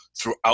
throughout